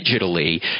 digitally